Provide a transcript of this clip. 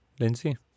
Lindsay